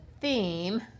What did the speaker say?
theme